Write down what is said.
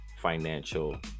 financial